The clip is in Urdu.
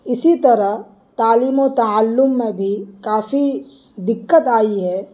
اسی طرح تعلیم و تعلم میں بھی کافی دقت آئی ہے